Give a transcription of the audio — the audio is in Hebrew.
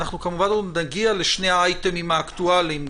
אנחנו כמובן עוד נגיע לשני האייטמים האקטואליים,